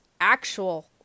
actual